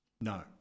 No